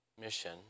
mission